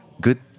good